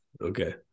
Okay